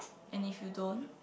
and if you don't